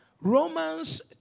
Romans